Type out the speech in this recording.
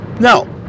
No